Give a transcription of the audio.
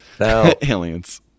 Aliens